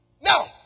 Now